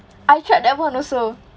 I tried that [one] also